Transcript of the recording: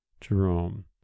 Jerome